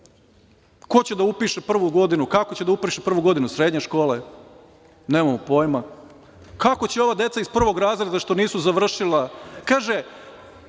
kako će da upiše prvu godinu, kako će da upiše prvu godinu srednje škole? Nemamo pojma. Kako će ova deca iz prvog razreda što nisu završila...